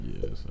Yes